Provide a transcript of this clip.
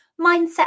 mindset